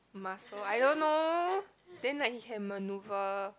muscle I don't know then like he can manoeuvre